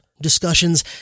discussions